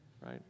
right